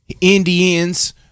indians